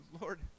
Lord